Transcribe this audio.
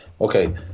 okay